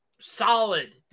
solid